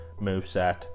moveset